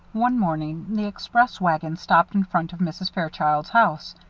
one morning the express wagon stopped in front of mrs. fairchild's house.